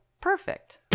Perfect